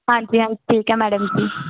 ਹਾਂਜੀ ਹਾਂਜੀ ਠੀਕ ਹੈ ਮੈਡਮ ਜੀ